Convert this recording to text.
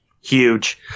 Huge